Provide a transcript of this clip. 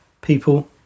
people